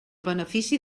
benefici